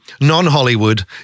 non-Hollywood